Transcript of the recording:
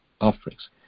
offerings